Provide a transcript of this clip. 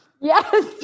Yes